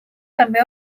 també